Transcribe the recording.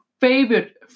favorite